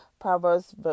Proverbs